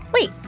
Wait